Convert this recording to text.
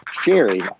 Sherry